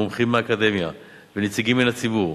מומחים מהאקדמיה ונציגים מן הציבור